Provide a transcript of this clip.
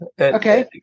Okay